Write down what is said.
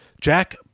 Jack